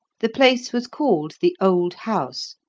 the place was called the old house,